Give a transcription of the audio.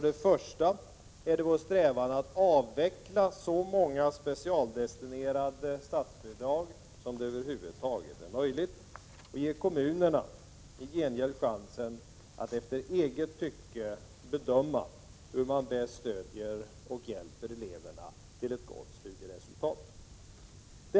Det är vår strävan att avveckla så många specialdestinerade statsbidrag som det över huvud taget är möjligt att avveckla och i gengäld ge kommunerna chansen att efter eget tycke bedöma hur man bäst stöder och hjälper eleverna till ett gott studieresultat.